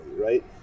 Right